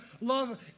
love